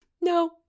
no